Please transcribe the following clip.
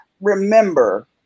remember